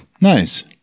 nice